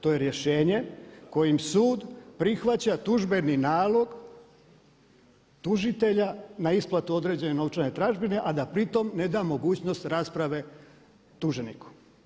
To je rješenje kojim sud prihvaća tužbeni nalog tužitelja na isplatu određene novčane tražbine a da pritom ne da mogućnost rasprave tuženiku.